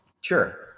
Sure